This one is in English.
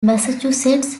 massachusetts